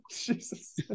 Jesus